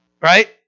right